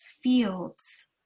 fields